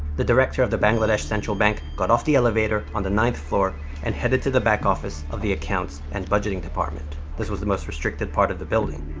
the director of the bangladesh central bank got off the elevator on the ninth floor and headed to the back office of the accounts and budgeting department. this was the most restricted part of the building.